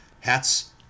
hats